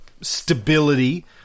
stability